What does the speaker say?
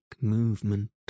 movement